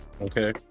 Okay